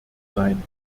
sein